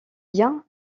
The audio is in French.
biens